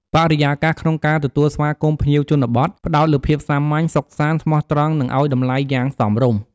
បរិយាកាសក្នុងការទទួលស្វាគមន៍ភ្ញៀវជនបទផ្តោតលើភាពសាមញ្ញ សុខសាន្ត ស្មោះត្រង់ និងអោយតម្លៃយ៉ាងសមរម្យ។